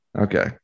Okay